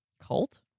Cult